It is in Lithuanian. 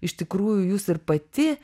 iš tikrųjų jūs ir pati